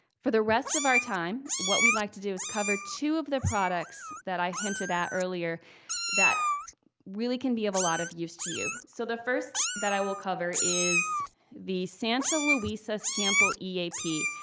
for the rest of our time, what we'd like to do is cover two of the products that i hinted at earlier that really can be of a lot of use to you. so the first that i will cover is the santa luisa sample eap.